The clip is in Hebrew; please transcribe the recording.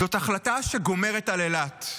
זאת החלטה שגומרת על אילת.